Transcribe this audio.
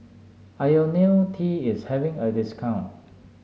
IoniL T is having a discount